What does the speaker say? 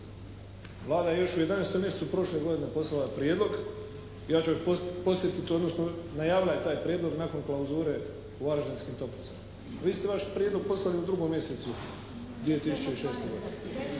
Vlada je još u 11. mjesecu prošle godine poslala prijedlog i ja ću vas još podsjetiti odnosno najavila je taj prijedlog nakon klauzure u Varaždinskim toplicama. A vi ste vaš prijedlog poslali u 2 mjesecu 2006. godine.